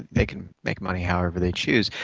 they can make money however they choose,